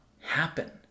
happen